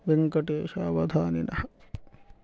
वेङ्कटेशावधानिनः